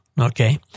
Okay